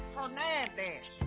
Hernandez